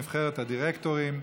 נבחרת הדירקטורים),